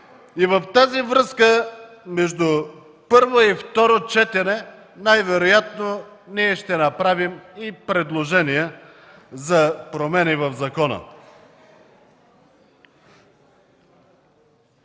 В тази връзка между първо и второ четене най-вероятно ние ще направим и предложения за промени в закона.